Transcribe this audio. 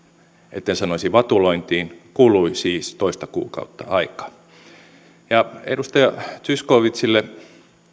etten sanoisi vatulointiin kului siis toista kuukautta aikaa edustaja zyskowiczille